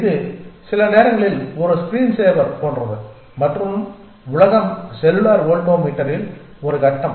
இது சில நேரங்களில் ஒரு ஸ்கிரீன் சேவர் போன்றது மற்றும் உலகம் செல்லுலார் வோல்டாமீட்டரில் ஒரு கட்டம்